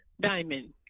diamond